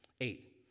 Eight